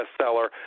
bestseller